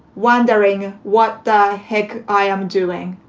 wondering what the heck i am doing,